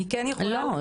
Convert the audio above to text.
אני כן יכולה --- לא,